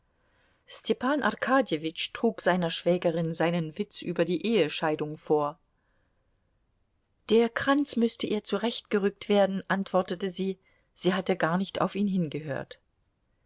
arkadjewitsch trug seiner schwägerin seinen witz über die ehescheidung vor der kranz müßte ihr zurechtgerückt werden antwortete sie sie hatte gar nicht auf ihn hingehört